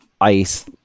ice